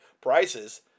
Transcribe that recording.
prices